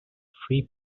three